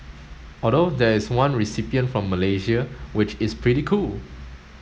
although there is one recipient from Malaysia which is pretty cool